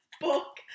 book